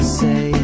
say